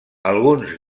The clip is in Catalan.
alguns